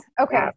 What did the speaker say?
okay